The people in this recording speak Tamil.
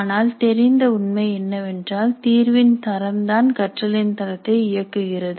ஆனால் தெரிந்த உண்மை என்னவென்றால் தீர்வின் தரம்தான் கற்றலின் தரத்தை இயக்குகிறது